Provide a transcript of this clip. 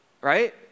right